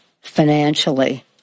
financially